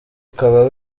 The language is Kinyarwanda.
ukaba